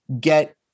get